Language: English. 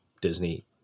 Disney